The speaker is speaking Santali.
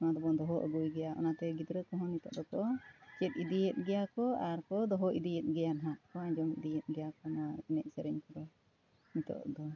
ᱱᱚᱣᱟ ᱫᱚᱵᱚᱱ ᱫᱚᱦᱚ ᱟᱜᱩᱭ ᱜᱮᱭᱟ ᱚᱱᱟᱛᱮ ᱜᱤᱫᱽᱨᱟᱹ ᱠᱚᱦᱚᱸ ᱱᱤᱛᱚᱜ ᱫᱚᱠᱚ ᱪᱮᱫ ᱤᱫᱤᱭᱮᱫ ᱜᱮᱭᱟ ᱠᱚ ᱟᱨ ᱠᱚ ᱫᱚᱦᱚ ᱤᱫᱤᱭᱮᱫ ᱜᱮᱭᱟ ᱱᱟᱦᱟᱜ ᱠᱚ ᱟᱸᱡᱚᱢ ᱤᱫᱤᱭᱮᱫ ᱜᱮᱭᱟ ᱠᱚ ᱱᱚᱣᱟ ᱮᱱᱮᱡ ᱥᱮᱨᱮᱧ ᱠᱚᱫᱚ ᱱᱤᱛᱚᱜ ᱫᱚ